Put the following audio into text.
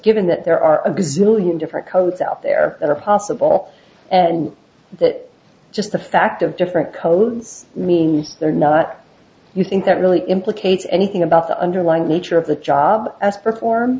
given that there are a big million different codes out there that are possible and that just the fact of just codes mean they're not you think that really implicates anything about the underlying nature of the job as perform